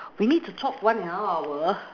we need to talk one and a half hour